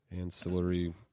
ancillary